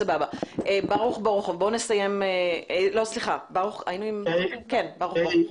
שברוך בורוכוב יסיים את דבריו.